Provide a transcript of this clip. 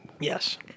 Yes